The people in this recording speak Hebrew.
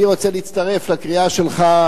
אני רוצה להצטרף לקריאה שלך,